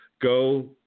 Go